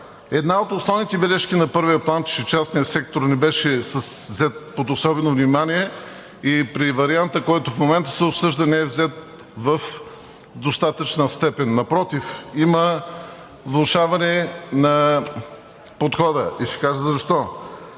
Една от основните бележки на първия план, че частният сектор не беше взет под особено внимание и при варианта, който в момента се обсъжда, не е взет в достатъчна степен. Напротив, има влошаване на подхода и ще кажа защо.